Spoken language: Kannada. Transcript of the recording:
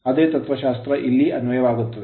ಅದೇ ತತ್ವಶಾಸ್ತ್ರವು ಇಲ್ಲಿ ಅನ್ವಯವಾಗುತ್ತದೆ